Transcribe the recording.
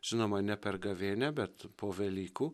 žinoma ne per gavėnią bet po velykų